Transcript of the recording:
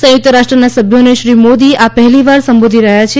સંયુક્ત રાષ્ટ્રના સભ્યોને શ્રી મોદી આ પહેલીવાર સંબોધી રહ્યા છે